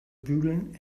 bügeln